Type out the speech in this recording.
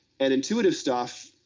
and intuitive stuff,